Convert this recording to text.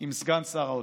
עם סגן שר האוצר,